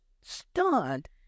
stunned